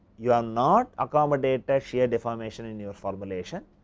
you are not accommodated ah shear deformation in your formulation,